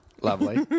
Lovely